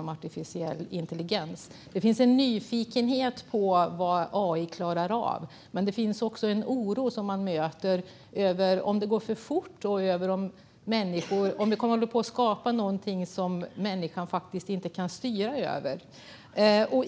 om artificiell intelligens, AI, stor. Det finns en nyfikenhet på vad AI klarar av, men jag möter också en oro för att det går för fort och för om vi håller på att skapa något som människan inte kan styra över.